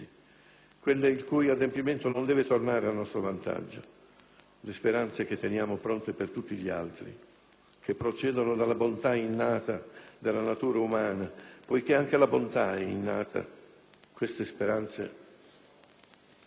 quelle il cui adempimento non deve tornare a nostro vantaggio, le speranze che teniamo pronte per tutti gli altri, che procedono dalla bontà innata della natura umana, poiché anche la bontà è innata, queste speranze